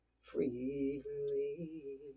freely